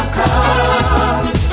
comes